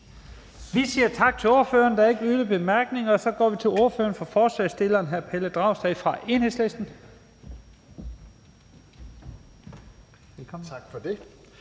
Vi siger tak til ordføreren. Der er ikke yderligere bemærkninger. Og så går vi til ordføreren for forslagsstillerne, hr. Pelle Dragsted fra Enhedslisten.